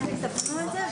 14:25.